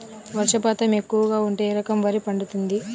వర్షపాతం ఎక్కువగా ఉంటే ఏ రకం వరి పండుతుంది?